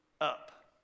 up